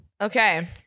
Okay